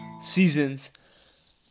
seasons